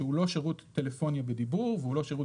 שהוא לא שירות טלפוני בדיבור והוא לא שירות